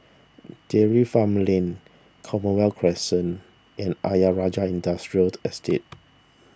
Dairy Farm Lane Commonwealth Crescent and Ayer Rajah Industrial Estate